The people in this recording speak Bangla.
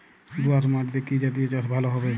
দোয়াশ মাটিতে কি জাতীয় চাষ ভালো হবে?